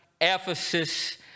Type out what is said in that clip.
Ephesus